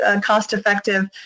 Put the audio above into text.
cost-effective